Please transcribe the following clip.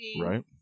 Right